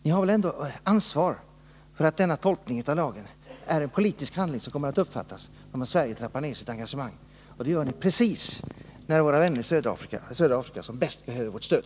Ni som är ansvariga måste väl ändå inse att den gjorda tolkningen av lagen är en politisk handling som kommer att uppfattas så, att Sverige trappar ned sitt engagemang just när våra vänner i södra Afrika som bäst behöver vårt stöd.